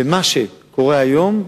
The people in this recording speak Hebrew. ומה שקורה היום,